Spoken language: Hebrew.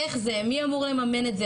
מי אמור לממן את זה.